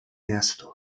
miastu